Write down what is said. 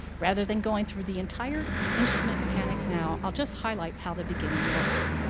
rather than going through the entire instrument mechanics now, i'll just highlight how the beginning works.